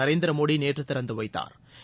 நரேந்திரமோடி நேற்று திறந்து வைத்தாா்